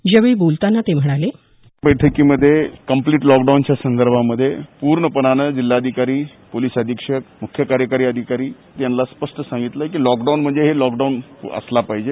यावेळी बोलतांना ते म्हणाले बैठकीमध्ये कंम्प्सीट लॉकडाऊनच्या संदर्भामध्ये पूर्णपणाने जिल्हाधिकारी पोलिस अधीक्षक म्ख्य कार्यकारी अधिकारी यांना स्पष्ट सांगण्यात आलं आहे की लॉकडाऊन म्हणजे लॉकडाऊन असला पाहीजे